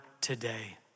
today